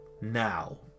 Now